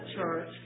Church